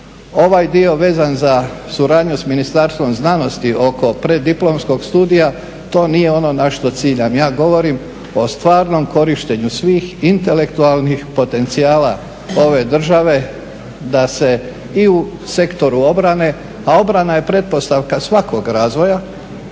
Ovaj dio vezan za suradnju sa Ministarstvom znanosti oko preddiplomskog studija to nije ono na što ciljam. Ja govorim o stvarnom korištenju svih intelektualnih potencijala ove države da se i u sektoru obrane, a obrana je pretpostavka svakog razvoja